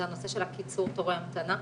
זה הנושא של קיצור תורי ההמתנה.